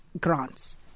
Grants